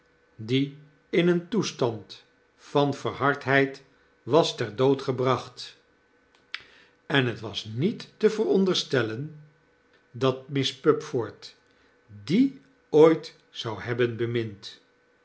die in een toestand van verhardheid was ter dood gebracht en het was niet te veronderstellen dat miss pupford dien ooit zou hebben